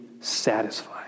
satisfied